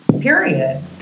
period